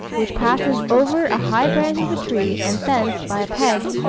which passes over a high branch of a tree, and thence, by a peg,